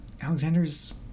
Alexander's